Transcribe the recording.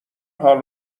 حال